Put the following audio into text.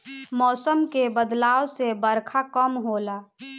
मौसम के बदलाव से बरखा कम होला